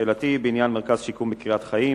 שאלתי היא בעניין מרכז השיקום בקריית-חיים.